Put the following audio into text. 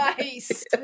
Nice